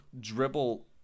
dribble